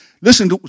Listen